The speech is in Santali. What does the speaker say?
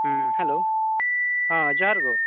ᱦᱮᱸ ᱦᱮᱞᱳ ᱡᱚᱦᱟᱨ ᱜᱳ